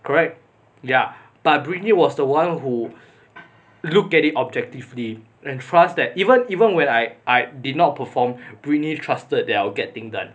correct ya but britney was the one who looked at it objectively and trust that even even when I I did not perform britney trusted that I'll get things done